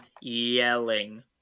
yelling